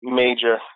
major